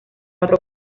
cuatro